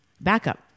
backup